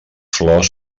flors